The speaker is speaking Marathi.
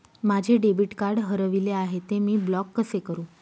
माझे डेबिट कार्ड हरविले आहे, ते मी ब्लॉक कसे करु?